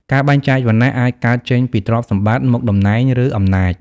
ការបែងចែកវណ្ណៈអាចកើតចេញពីទ្រព្យសម្បត្តិ មុខតំណែង ឬអំណាច។